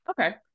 Okay